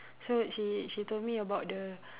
so she she told me about the